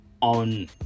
on